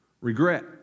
regret